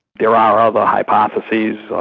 there are other hypotheses,